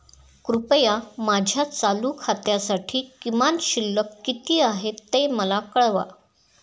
कृपया माझ्या चालू खात्यासाठी किमान शिल्लक किती आहे ते मला कळवा